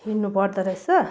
हिँड्नु पर्दोरहेछ